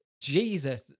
Jesus